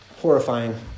horrifying